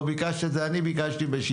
לא ביקשת את זה, אני ביקשתי בשמכם.